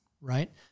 right